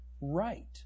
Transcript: right